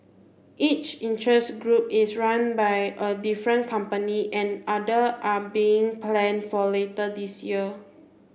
each interest group is run by a different company and other are being planned for later this year